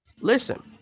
listen